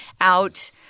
out